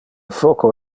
foco